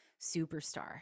superstar